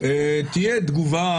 תהיה תגובה